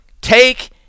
Take